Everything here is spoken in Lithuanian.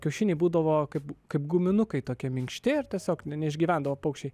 kiaušiniai būdavo kaip kaip guminukai tokie minkšti ir tiesiog neišgyvendavo paukščiai